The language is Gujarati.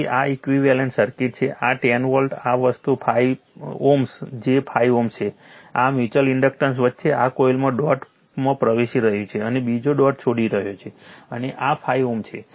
તેથી આ ઇક્વીવેલન્ટ સર્કિટ છે આ 10 વોલ્ટ આ વસ્તુ 5 Ω j 5 Ω છે આ મ્યુચ્યુઅલ ઇન્ડક્ટન્સ વચ્ચે આ કોઇલમાં ડોટમાં પ્રવેશી રહ્યું છે અને બીજો ડોટ છોડી રહ્યો છે અને આ 5 Ω છે